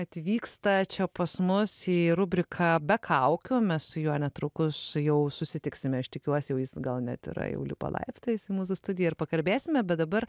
atvyksta čia pas mus į rubriką be kaukių mes su juo netrukus jau susitiksime aš tikiuosi jau jis gal net yra jau lipa laiptais į mūsų studiją ir pakalbėsime bet dabar